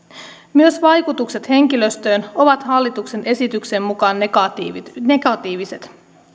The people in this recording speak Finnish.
myös vaikutukset henkilöstöön ovat hallituksen esityksen mukaan negatiiviset negatiiviset